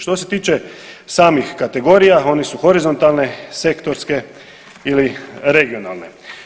Što se tiče samih kategorija, oni su horizontalne, sektorske ili regionalne.